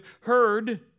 heard